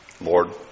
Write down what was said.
Lord